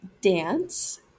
dance